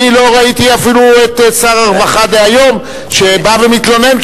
אני לא ראיתי אפילו את שר הרווחה דהיום שבא ומתלונן,